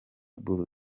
bull